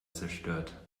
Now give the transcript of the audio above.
zerstört